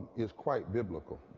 is quite biblical.